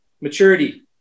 maturity